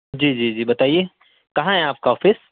جی جی جی بتایے کہاں ہے آپ کا آفس